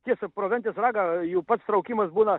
tiesa pro ventės ragą jų pats traukimas būna